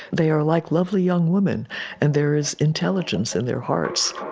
they are like lovely young woman and there is intelligence in their hearts.